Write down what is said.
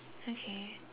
okay